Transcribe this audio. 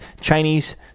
Chinese